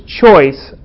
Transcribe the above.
choice